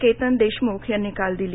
केतन देशमुख यांनी काल दिली